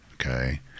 Okay